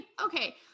okay